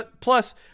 plus